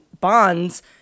Bonds